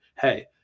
hey